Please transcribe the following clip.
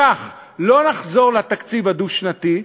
כך לא נחזור לתקציב הדו-שנתי,